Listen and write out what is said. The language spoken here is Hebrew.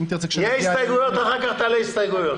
אחר כך תעלה הסתייגויות.